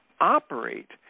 operate